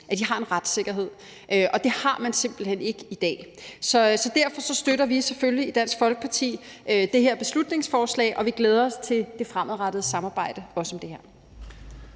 hørt og har en retssikkerhed. Det har man simpelt hen ikke i dag, så derfor støtter vi selvfølgelig i Dansk Folkeparti det her beslutningsforslag, og vi glæder os til det fremadrettede samarbejde, også om det her.